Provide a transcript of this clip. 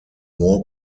more